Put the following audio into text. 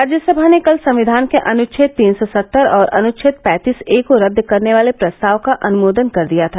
राज्यसभा ने कल संविधान के अनुच्छेद तीन सौ सत्तर और अनुच्छेद पैंतीस ए को रद्द करने वाले प्रस्ताव का अनुमोदन कर दिया था